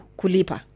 kulipa